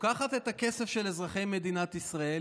לוקחת את הכסף של אזרחי מדינת ישראל